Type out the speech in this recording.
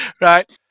Right